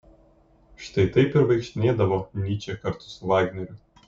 štai taip ir vaikštinėdavo nyčė kartu su vagneriu